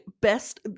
best